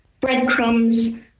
breadcrumbs